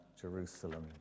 Jerusalem